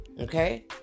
Okay